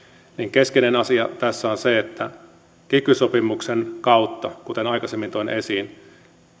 keskeinen asia tässä on se että kiky sopimuksen kautta kuten aikaisemmin toin esiin